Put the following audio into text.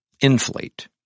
inflate